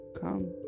come